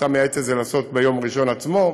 אתה מייעץ לעשות את זה ביום ראשון עצמו.